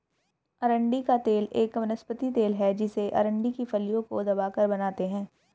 अरंडी का तेल एक वनस्पति तेल है जिसे अरंडी की फलियों को दबाकर बनाते है